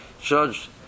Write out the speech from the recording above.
judge